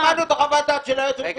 שמענו את חוות הדעת של היועצת המשפטית